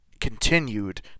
continued